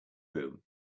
room